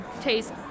taste